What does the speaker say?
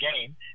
game